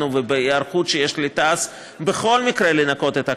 ובהיערכות שיש לתעש בכל מקרה לנקות את הקרקע.